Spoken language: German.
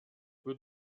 wird